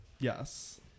yes